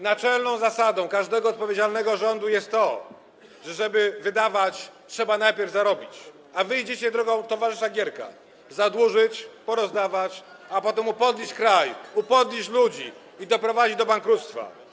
Naczelną zasadą każdego odpowiedzialnego rządu jest to, że żeby wydawać, trzeba najpierw zarobić, a wy idziecie drogą towarzysza Gierka: zadłużyć, porozdawać, a potem upodlić kraj, upodlić ludzi i doprowadzić do bankructwa.